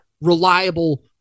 reliable